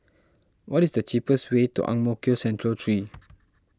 what is the cheapest way to Ang Mo Kio Central three